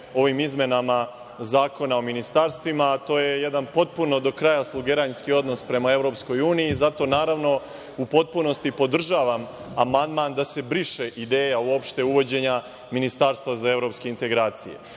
ovim izmenama Zakona o ministarstvima, a to je jedan potpuno do kraja slugeranski odnos prema Evropskoj uniji, zato u potpunosti podražavam amandman da se briše ideja uvođenja ministarstva za evropske integracije. Ako